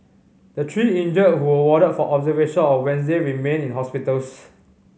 the three injured who were warded for observation on Wednesday remain in hospitals